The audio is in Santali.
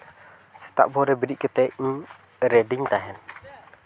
ᱥᱮᱛᱟᱜ ᱵᱷᱳᱨ ᱨᱮ ᱵᱮᱨᱮᱫ ᱠᱟᱛᱮᱫ ᱤᱧ ᱨᱮᱰᱤᱧ ᱛᱟᱦᱮᱱ